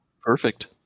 Perfect